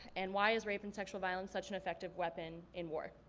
and why is rape and sexual violence such an effective weapon in war?